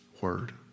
word